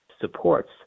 supports